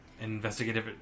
investigative